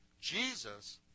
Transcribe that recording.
Jesus